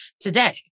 today